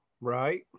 Right